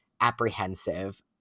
apprehensive